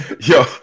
Yo